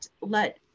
let